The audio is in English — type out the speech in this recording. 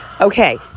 Okay